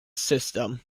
system